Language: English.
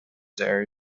their